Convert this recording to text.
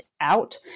out